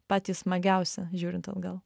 patys smagiausi žiūrint atgal